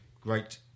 Great